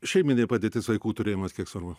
šeiminė padėtis vaikų turėjimas kiek svarbu